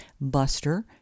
Buster